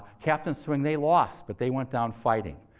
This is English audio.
captain swing, they lost, but they went down fighting.